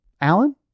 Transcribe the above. Alan